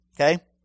Okay